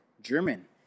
German